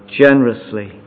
generously